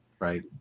right